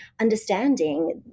understanding